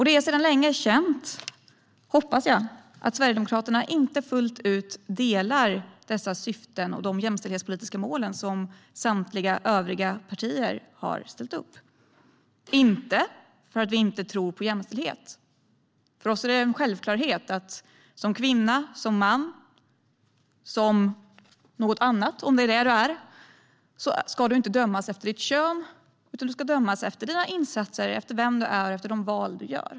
Det är sedan länge känt, hoppas jag, att Sverigedemokraterna inte fullt ut delar synen på dessa syften och de jämställdhetspolitiska mål som samtliga övriga partier har ställt upp. Det är inte för att vi inte tror på jämställdhet - för oss är det en självklarhet att som kvinna, som man eller som något annat, om det är det du är, ska du inte dömas efter ditt kön utan efter dina insatser, efter vem du är och efter de val du gör.